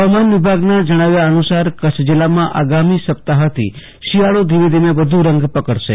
હવામાન વિભાગના જણાવ્યા અનુસાર કચ્છ જિલ્લામાં આગામી સપ્તાહથી શિયાળો ધીમે ધીમે વધુ રંગ પકડશે